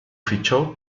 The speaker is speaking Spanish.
fichó